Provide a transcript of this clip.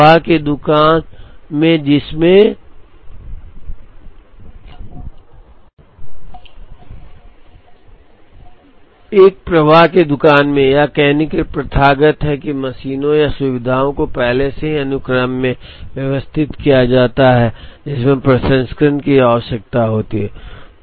तो एक प्रवाह की दुकान में यह कहने के लिए प्रथागत है कि मशीनों या सुविधाओं को पहले से ही अनुक्रम में व्यवस्थित किया जाता है जिसमें प्रसंस्करण की आवश्यकता होती है